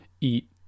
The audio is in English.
eat